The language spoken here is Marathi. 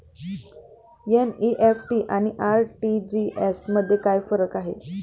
एन.इ.एफ.टी आणि आर.टी.जी.एस मध्ये काय फरक आहे?